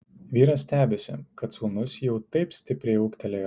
vyras stebisi kad sūnus jau taip stipriai ūgtelėjo